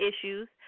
issues